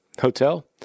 hotel